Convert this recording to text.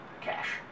cash